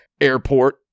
airport